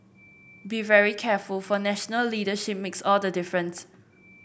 be very careful for national leadership makes all the difference